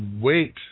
wait